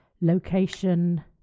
Location